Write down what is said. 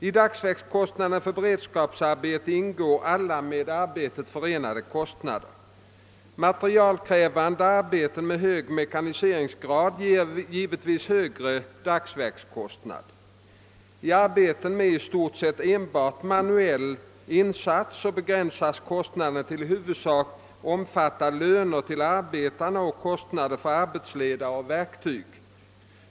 I dagsverkskostnaden för beredskapsarbeten ingår alla med arbetet förenade kostnader. Materialkrävande arbeten med hög mekaniseringsgrad ger givetvis hög dagsverkskostnad. I arbeten med i stort sett enbart manuell insats begränsas kostnaden till att huvudsakligen omfatta löner till arbetarna och kostnader för arbetsledare och verktyg.